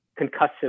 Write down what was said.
concussive